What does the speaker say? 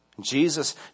Jesus